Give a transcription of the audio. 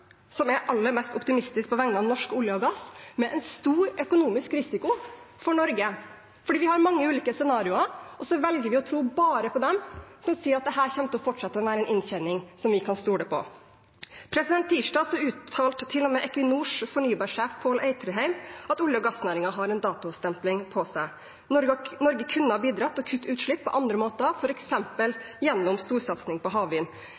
som er aller mest optimistisk på vegne av norsk olje og gass, med en stor økonomisk risiko for Norge. Vi har nemlig mange ulike scenarioer, men så velger man å tro bare på dem som sier at dette kommer til å fortsette å være en inntjening som vi kan stole på. På tirsdag uttalte til og med Equinors fornybarsjef Pål Eitrheim at olje- og gassnæringen har en datostempling på seg. Norge kunne ha bidratt til å kutte utslipp på andre måter, f.eks. gjennom storsatsing på havvind.